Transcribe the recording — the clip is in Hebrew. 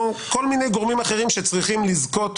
או כל מיני גורמים אחרים שצריכים לזכות